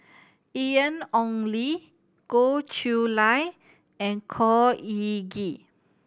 Ian Ong Li Goh Chiew Lye and Khor Ean Ghee